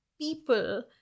people